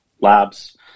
labs